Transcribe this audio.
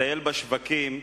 לטייל בשווקים